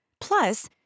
Plus